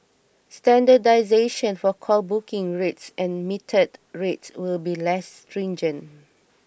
standardisation for call booking rates and metered rates will be less stringent